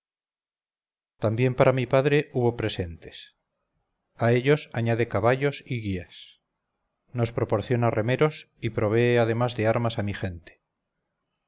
también para mi padre hubo presentes a ellos añade caballos y guías nos proporciona remeros y provee además de armas a mi gente